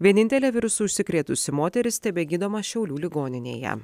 vienintelė virusu užsikrėtusi moteris tebegydoma šiaulių ligoninėje